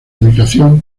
ubicación